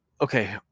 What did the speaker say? okay